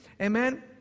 Amen